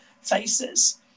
faces